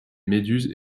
méduses